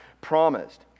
promised